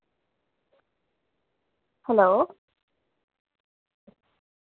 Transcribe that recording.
hello